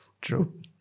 True